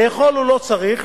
לאכול הוא לא צריך,